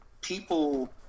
People